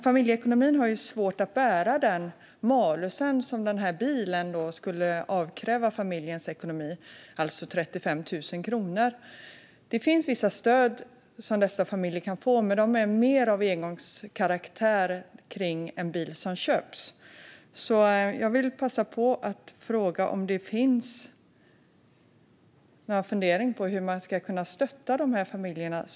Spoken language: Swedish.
Familjeekonomin har svårt att bära den malus som den här bilen skulle kräva, alltså 35 000 kronor. Det finns vissa stöd som familjer som den här kan få, men de är mer av engångskaraktär och betalas ut vid bilköp. Jag vill därför fråga om det finns några funderingar på hur man ska kunna stötta de här familjerna.